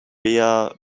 bea